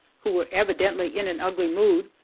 who were evidently in an ugly mood,